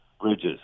bridges